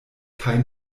kaj